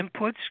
inputs